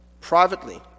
privately